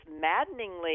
maddeningly